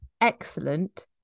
excellent